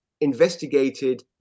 investigated